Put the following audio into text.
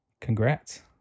congrats